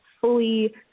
fully